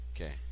Okay